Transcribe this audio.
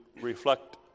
reflect